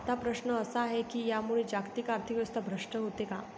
आता प्रश्न असा आहे की यामुळे जागतिक आर्थिक व्यवस्था भ्रष्ट होते का?